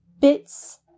bits